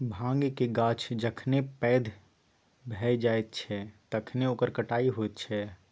भाँगक गाछ जखन पैघ भए जाइत छै तखन ओकर कटाई होइत छै